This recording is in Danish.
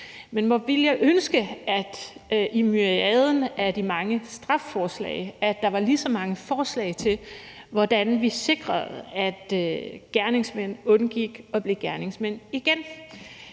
Men hvor ville jeg ønske, at der i myriaden af de mange strafforslag var lige så mange forslag til, hvordan vi sikrede, at gerningsmænd undgik at blive gerningsmænd igen.